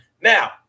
Now